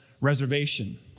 Reservation